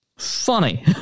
Funny